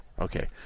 Okay